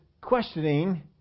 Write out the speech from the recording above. questioning